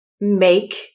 Make